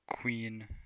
Queen